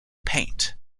paint